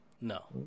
No